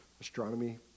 astronomy